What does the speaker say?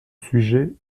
sujet